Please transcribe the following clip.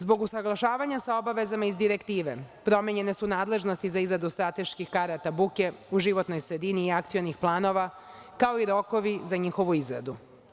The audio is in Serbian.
Zbog usaglašavanja sa obavezama iz direktive, promenjene su nadležnosti za izradu strateških karata buke u životnoj sredini i akcionih planova, kao i rokovi za njihovu izradu.